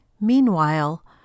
Meanwhile